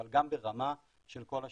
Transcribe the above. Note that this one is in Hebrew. אבל גם ברמה של כל השירותים.